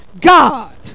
God